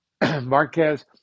Marquez